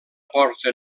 porta